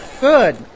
Good